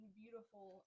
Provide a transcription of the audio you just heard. beautiful